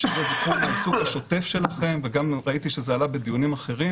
שזה בתחום העיסוק השוטף שלכם גם ראיתי שזה עלה בדיונים אחרים